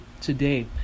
today